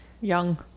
young